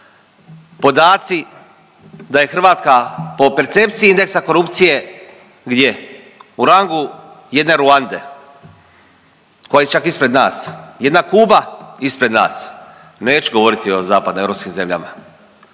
podaci da je Hrvatska po percepciji indeksa korupcije gdje, u rangu jedne Ruande koja je čak ispred nas. Jedna Kuba ispred nas. Neću govoriti o zapadnoeuropskim zemljama.